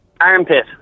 Armpit